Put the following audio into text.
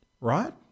Right